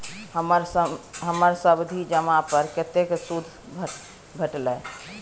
हमर सावधि जमा पर कतेक सूद भेटलै?